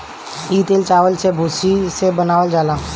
इ तेल चावल के भूसी से बनावल जाला